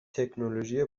تکنولوژی